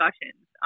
discussions